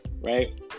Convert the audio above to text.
Right